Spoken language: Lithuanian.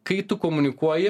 kai tu komunikuoji